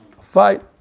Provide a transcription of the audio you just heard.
Fight